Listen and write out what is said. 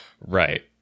Right